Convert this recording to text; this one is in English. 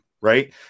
right